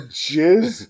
jizz